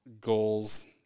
goals